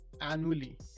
annually